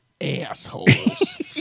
assholes